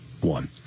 one